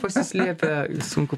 pasislėpę sunku